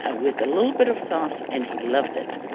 ah with a little bit of sauce. and he loved it